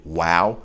wow